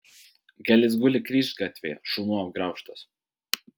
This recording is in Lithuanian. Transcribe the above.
gal jis guli kryžgatvyje šunų apgraužtas